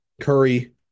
Curry